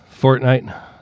Fortnite